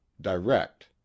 direct